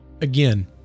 Again